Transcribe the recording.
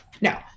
no